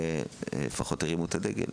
שלפחות הרימה את הדגל.